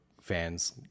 fans